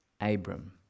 Abram